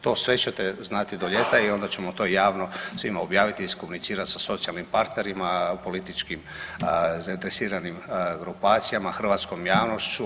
To sve ćete znati do ljeta i onda ćemo to javno svima objaviti i iskomunicirati sa socijalnim partnerima, političkim zainteresiranim grupacijama, hrvatskom javnošću.